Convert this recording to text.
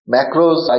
Macros